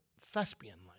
thespian-like